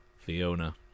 Fiona